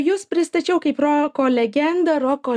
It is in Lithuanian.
jus pristačiau kaip roko legendą roko